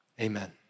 amen